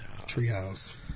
Treehouse